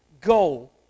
goal